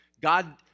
God